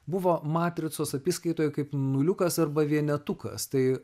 buvo matricos apyskaitoj kaip nuliukas arba vienetukas tai